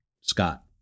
Scott